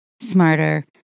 smarter